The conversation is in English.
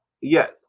yes